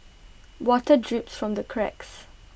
water drips from the cracks